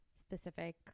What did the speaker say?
specific